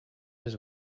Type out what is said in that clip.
his